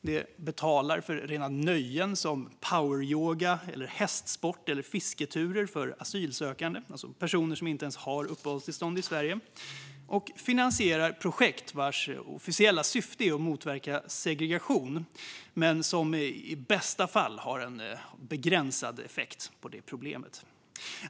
Det betalar för rena nöjen som poweryoga, hästsport och fisketurer för asylsökande, det vill säga personer som inte ens har uppehållstillstånd i Sverige, och finansierar projekt vars officiella syfte är att motverka segregation men som i bästa fall har en begränsad effekt på problemet.